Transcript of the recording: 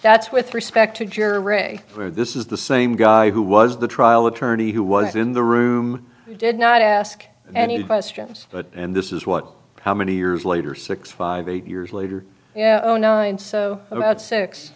that's with respect to jury rig for this is the same guy who was the trial attorney who was in the room did not ask any questions but and this is what how many years later six five years later you know nine so about six